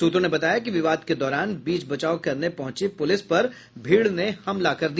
सूत्रों ने बताया कि विवाद के दौरान बीच बचाव करने पहुंची पुलिस पर भीड़ ने हमला कर दिया